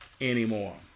anymore